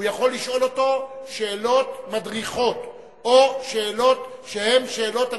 הוא יכול לשאול אותו שאלות מדריכות או שאלות שהן שאלות המבקשות,